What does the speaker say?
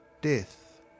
death